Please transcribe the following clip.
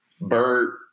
Bert